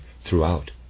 throughout